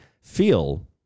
feel